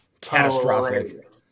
catastrophic